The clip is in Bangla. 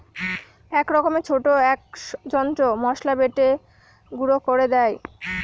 এক রকমের ছোট এক যন্ত্র মসলা বেটে গুঁড়ো করে দেয়